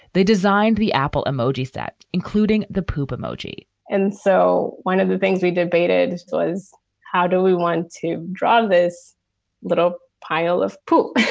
they designed the apple emoji set, including the poop emoji and so one of the things we debated was how do we want to draw this little pile of poop?